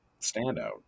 standout